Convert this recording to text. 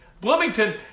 Bloomington